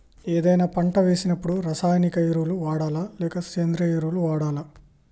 ఏదైనా పంట వేసినప్పుడు రసాయనిక ఎరువులు వాడాలా? లేక సేంద్రీయ ఎరవులా?